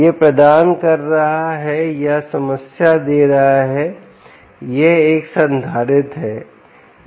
यह प्रदान कर रहा है या समस्या दे रहा है यह एक संधारित्र है